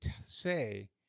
say